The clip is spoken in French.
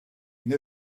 une